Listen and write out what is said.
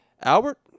Albert